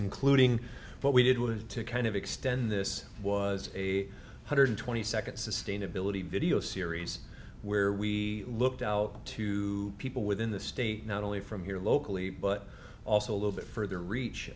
including what we did was to kind of extend this was a hundred twenty second sustainability video series where we looked out to people within the state not only from here locally but also a little bit further